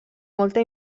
molta